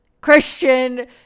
Christian